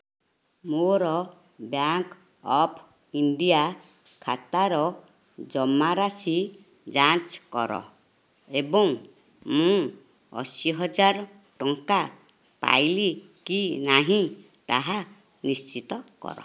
ମୋର bank of India ଖାତାର ଜମାରାଶି ଯାଞ୍ଚ କର ଏବଂ ମୁଁ ଅଶୀ ହଜାର ଟଙ୍କା ପାଇଲି କି ନାହିଁ ତାହା ନିଶ୍ଚିତ କର